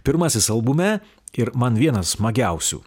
pirmasis albume ir man vienas smagiausių